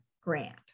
grant